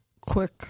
quick